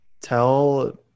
tell